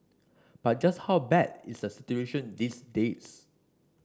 but just how bad is the situation these days